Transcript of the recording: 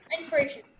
Inspiration